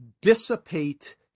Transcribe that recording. dissipate